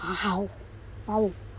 !wow! !wow!